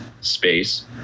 Space